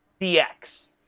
DX